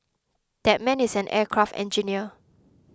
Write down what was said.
that man is an aircraft engineer